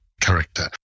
character